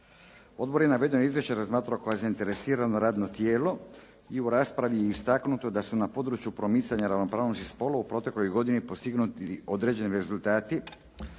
Odbor je navedeno izvješće razmatrao kao zainteresirano radno tijelo i u raspravi je istaknuto da su na području promicanja ravnopravnosti spolova u protekloj godini postignuti određeni rezultati